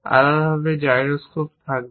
আলাদাভাবে জাইরোস্কোপ থাকবে